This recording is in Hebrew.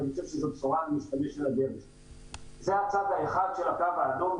אני חושב שזו בשורה --- זה הצד האחד של הקו האדום.